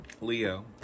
Leo